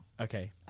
okay